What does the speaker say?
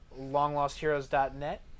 longlostheroes.net